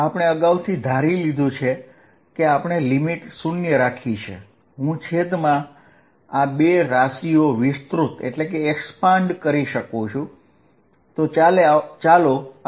આપણે અગાઉથી ધારી લીધું છે કે આપણે લિમિટ 0 રાખી છે હું છેદમાં આ બે રાશિઓ વિસ્તૃત કરી શકું છું